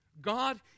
God